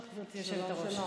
בבקשה.